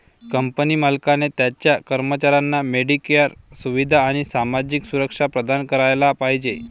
company मालकाने त्याच्या कर्मचाऱ्यांना मेडिकेअर सुविधा आणि सामाजिक सुरक्षा प्रदान करायला पाहिजे